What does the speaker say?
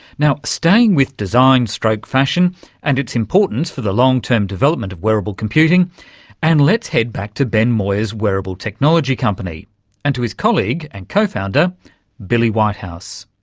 now, staying with design so like fashion and its importance for the long-term development of wearable computing and let's head back to ben moir's wearable technology company and to his colleague and co-founder billie whitehouse.